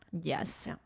Yes